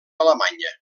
alemanya